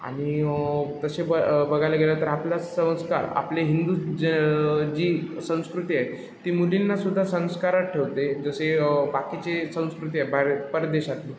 आणि तसे ब बघायला गेलं तर आपला संस्कार आपले हिंदू ज जी संस्कृती आहे ती मुलींना सुद्धा संस्कारात ठेवते जसे बाकीचे संस्कृती आहे परदेशात